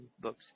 books